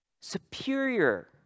superior